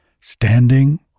standing